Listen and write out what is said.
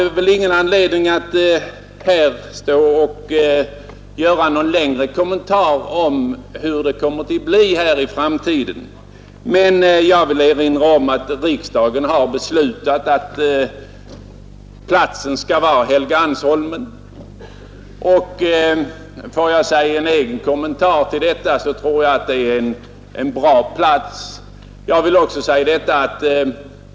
Jag har ingen anledning att här göra någon längre kommentar till hur det kommer att bli i framtiden, men jag vill erinra om att riksdagen har beslutat att platsen för riksdagshuset skall vara Helgeandsholmen. Får jag göra en egen kommentar till detta så vill jag säga att jag tror att det är en bra plats.